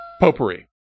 Potpourri